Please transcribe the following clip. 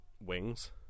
wings